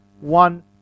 one